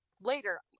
later